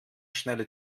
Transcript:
schneller